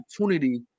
opportunity